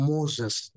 Moses